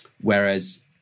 whereas